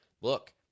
look